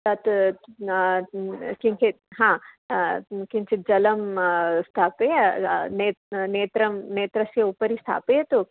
तत् किञ्चित् किञ्चित् जलं स्थापय नेत्रं नेत्रं नेत्रस्य उपरि स्थापयतु